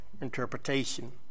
interpretation